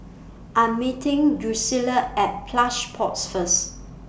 I Am meeting Drucilla At Plush Pods First